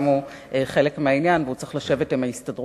גם הוא חלק מהעניין, והוא צריך לשבת עם ההסתדרות